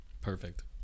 Perfect